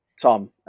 Tom